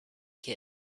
kids